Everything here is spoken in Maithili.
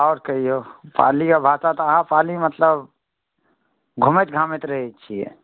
आओर कहिऔ पालीके भाषा तऽ अहाँ पाली मतलब घुमैत घामैत रहैत छियै